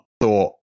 thought